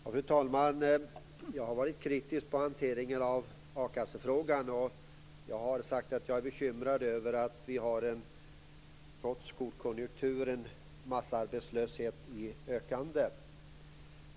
Fru talman! Jag har varit kritisk mot hanteringen av a-kassefrågan och sagt att jag är bekymrad över att vi trots god konjunktur har en ökande massarbetslöshet.